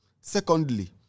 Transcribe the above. Secondly